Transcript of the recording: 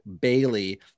Bailey